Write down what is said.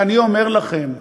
ואני אומר לכם: